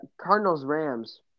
Cardinals-Rams